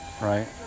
right